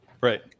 Right